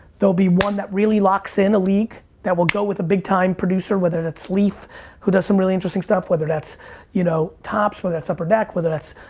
there'll be one that really locks in, a league, that will go with a big time producer, whether that's leaf who does some really interesting stuff, whether that's you know topps, whether that's upper deck, whether that's,